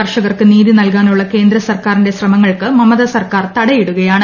കർഷകർക്ക് നീതി ന്ന്ൽക്കാനുള്ള കേന്ദ്ര സർക്കാറിന്റെ ശ്രമങ്ങ ൾക്ക് മമത സർക്കാർ തുട്ടയിട്ടുകയാണ്